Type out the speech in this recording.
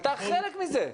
אתה חלק מזה.